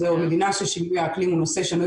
אני מבינה ששינוי האקלים הוא נושא שנוי